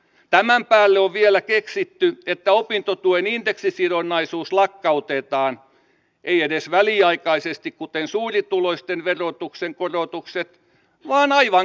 tämän päälle on vielä keksitty että opintotuen indeksisidonnaisuus lakkautetaan ei edes väliaikaisesti kuten suurituloisten verotuksen korotukset vaan aivan kokonaan